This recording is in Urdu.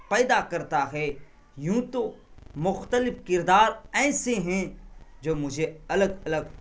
پیدا کرتا ہے یوں تو مختلف کردار ایسے ہیں جو مجھے الگ الگ